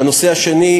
ושנית,